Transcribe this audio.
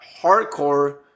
hardcore